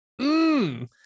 mmm